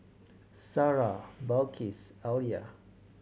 Sarah Balqis Alya